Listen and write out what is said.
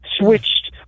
switched